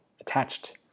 attached